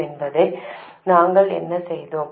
எனவே நாங்கள் என்ன செய்தோம்